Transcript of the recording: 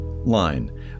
line